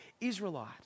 Israelite